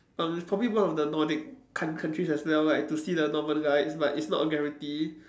um it's probably one of the Nordic coun~ countries as well like to see the Northern lights but it's not a guarantee